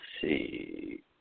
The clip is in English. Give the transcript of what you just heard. see